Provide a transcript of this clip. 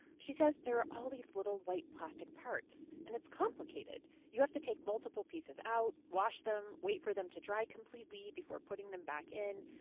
she said there are all these little white plastic parts. and it's complicated you have to take multiple pieces out wash them, wait for them to dry completely before putting them back in.